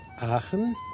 Aachen